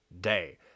day